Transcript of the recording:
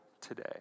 today